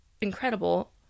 incredible